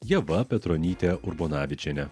ieva petronyte urbonavičiene